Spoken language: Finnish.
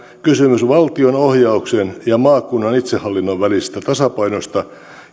kysymys valtionohjauksen ja maakunnan itsehallinnon välisestä tasapainosta